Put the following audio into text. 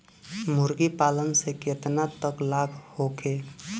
मुर्गी पालन से केतना तक लाभ होखे?